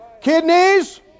Kidneys